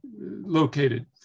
located